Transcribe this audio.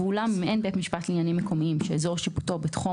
ואולם אם אין בית משפט לעניינים מקומיים שאזור שיפוטו בתחום